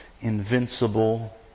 invincible